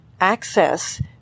access